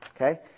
Okay